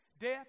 Death